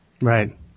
Right